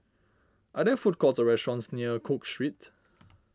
are there food courts or restaurants near Cook Street